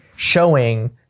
showing